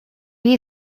wie